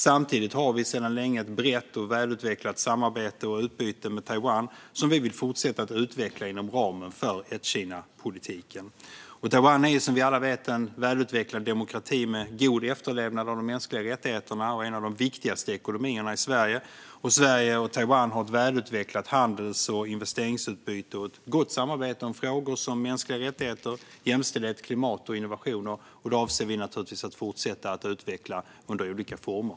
Samtidigt har vi sedan länge ett brett och välutvecklat samarbete och utbyte med Taiwan som vi vill fortsätta att utveckla inom ramen för ett-Kina-politiken. Taiwan är, som vi alla vet, en välutvecklad demokrati med god efterlevnad av de mänskliga rättigheterna och har en av de viktigaste ekonomierna. Sverige och Taiwan har ett välutvecklat handels och investeringsutbyte och ett gott samarbete i frågor som mänskliga rättigheter, jämställdhet, klimat och innovation. Detta avser vi naturligtvis att fortsätta utveckla i olika former.